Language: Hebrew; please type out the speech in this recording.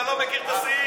אתה לא מכיר את הסעיף.